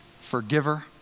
forgiver